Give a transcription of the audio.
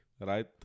Right